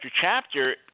chapter